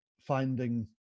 finding